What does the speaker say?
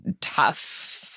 tough